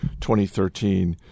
2013